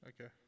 Okay